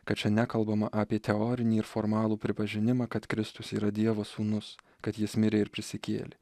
kad čia nekalbama apie teorinį ir formalų pripažinimą kad kristus yra dievo sūnus kad jis mirė ir prisikėlė